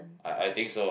I I think so ah